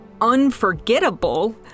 unforgettable